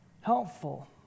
helpful